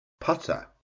putter